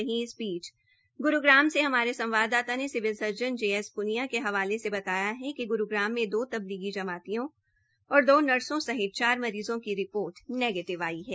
वहीं इस बीच गुरूग्राम सें हमारे संवाददाता ने civil surgeon J S Punia के हवाले से बताया कि ग्रूग्राम में दो तबलीगी जमातियों और दो नर्सो सहित चार मरीज़ों की रिपोर्ट नेगीटिव आई है